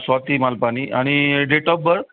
स्वाती मालपानी आणि date of birth